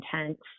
intense